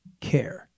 care